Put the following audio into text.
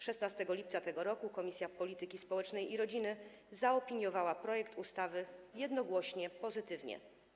16 lipca tego roku Komisja Polityki Społecznej i Rodziny zaopiniowała projekt ustawy jednogłośnie pozytywnie.